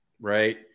right